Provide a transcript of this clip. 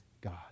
God